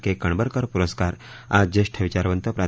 के कणबरकर पुरस्कार आज ज्येष्ठ विचारवत्तीप्रा